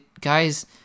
Guys